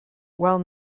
while